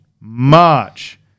March